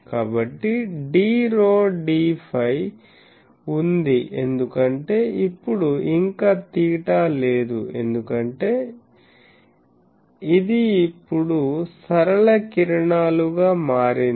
కాబట్టి dρ dφ ఉంది ఎందుకంటే ఇప్పుడు ఇంకా తీటా లేదు ఎందుకంటే ఇది ఇప్పుడు సరళ కిరణాలుగా మారింది